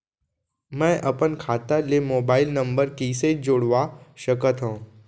मैं अपन खाता ले मोबाइल नम्बर कइसे जोड़वा सकत हव?